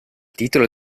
titolo